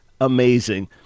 amazing